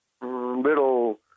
little